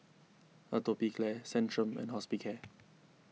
Atopiclair Centrum and Hospicare